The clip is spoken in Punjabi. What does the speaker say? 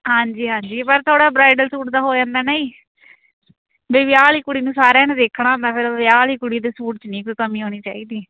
ਹਾਂਜੀ ਹਾਂਜੀ ਪਰ ਥੋੜ੍ਹਾ ਬਰਾਈਡਲ ਸੂਟ ਦਾ ਹੋ ਜਾਂਦਾ ਨਾ ਜੀ ਬਈ ਵਿਆਹ ਵਾਲੀ ਕੁੜੀ ਨੂੰ ਸਾਰਿਆਂ ਨੇ ਦੇਖਣਾ ਹੁੰਦਾ ਫਿਰ ਵਿਆਹ ਵਾਲੀ ਕੁੜੀ ਦੇ ਸੂਟ 'ਚ ਨਹੀਂ ਕੋਈ ਕਮੀ ਆਉਣੀ ਚਾਹੀਦੀ